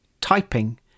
typing